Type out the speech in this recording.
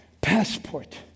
passport